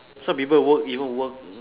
some people work even work